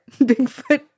Bigfoot